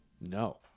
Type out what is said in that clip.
No